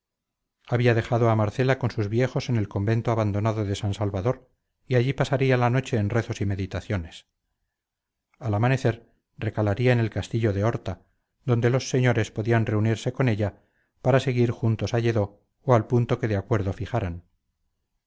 había dejado a marcela con sus viejos en el convento abandonado de san salvador y allí pasaría la noche en rezos y meditaciones al amanecer recalaría en el castillo de horta donde los señores podían reunirse con ella para seguir juntos a lledó o al punto que de acuerdo fijaran